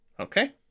Okay